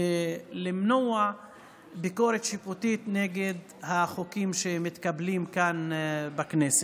ואז למנוע ביקורת שיפוטית נגד החוקים שמתקבלים כאן בכנסת.